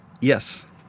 Yes